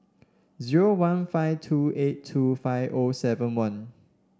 zero one five two eight two five O seven one